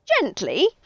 gently